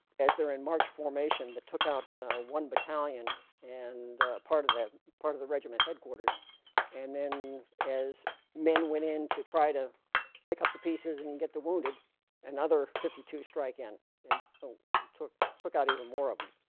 as they're in march formation that took out one battalion and part of that part of the regiment headquarters and then as men went in to try to pick up the pieces and get the wounded another fifty two strike in and ah took took out even more of them.